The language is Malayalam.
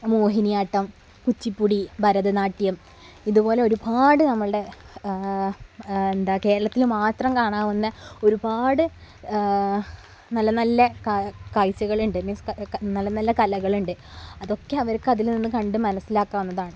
മോഹിനിയാട്ടം കുച്ചിപ്പുടി ഭരതനാട്യം ഇതുപോലെ ഒരുപാട് നമ്മളുടെ എന്താണ് കേരളത്തില് മാത്രം കാണാവുന്ന ഒരുപാട് നല്ല നല്ല കാഴ്ചകൾ ഉണ്ട് മീന്സ് നല്ല നല്ല കലകള് ഉണ്ട് അതൊക്കെ അവര്ക്ക് അതിൽ നിന്നും കണ്ടു മനസ്സിലാക്കാവുന്നതാണ്